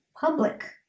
public